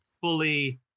fully